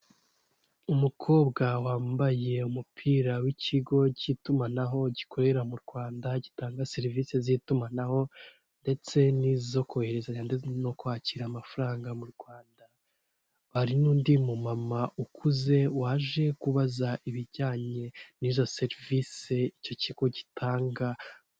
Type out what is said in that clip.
Umukobwa wambaye umupira w'ikigo cy'itumanaho gikorera mu Rwanda gitanga serivisi z'itumanaho ndetse n'izo kohereza no kwakira amafaranga mu Rwanda, hari n'undi mumama ukuze waje kubaza ibijyanye n'izo serivisi icyo kigo gitanga.